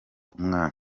umwana